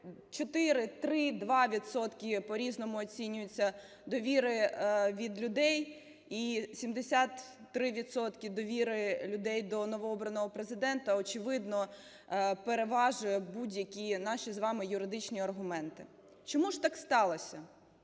по-різному оцінюється, довіри від людей і 73 відсотки довіри людей до новобраного Президента, очевидно, переважує будь-які наші з вами юридичні аргументи. Чому ж так сталося?